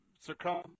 succumb